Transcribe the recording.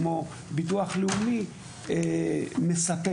כמו ביטוח לאומי מספקים,